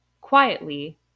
quietly